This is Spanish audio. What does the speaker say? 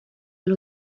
los